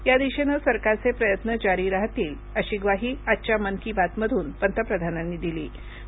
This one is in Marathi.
या दिशेनं सरकारचे प्रयत्न जारी राहतील अशी ग्वाही आजच्या मन की बातमधून पंतप्रधानांनी दिली ग्वाही